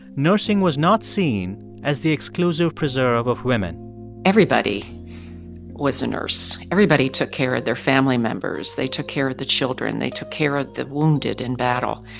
nursing was not seen as the exclusive preserve of women everybody was a nurse. everybody took care of their family members. they took care of the children. they took care of the wounded in battle.